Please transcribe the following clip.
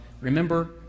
remember